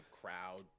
crowd